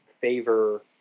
favor